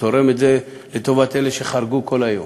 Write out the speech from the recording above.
אני תורם את זה לטובת אלה שחרגו כל היום.